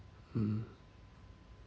mmhmm